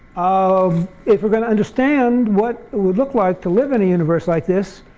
um if we're going to understand what it would look like to live in a universe like this,